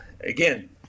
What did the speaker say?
again